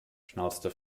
schnauzte